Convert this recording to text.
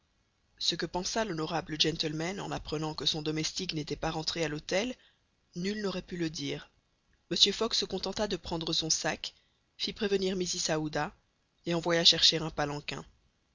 ce que pensa l'honorable gentleman en apprenant que son domestique n'était pas rentré à l'hôtel nul n'aurait pu le dire mr fogg se contenta de prendre son sac fit prévenir mrs aouda et envoya chercher un palanquin